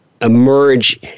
emerge